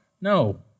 No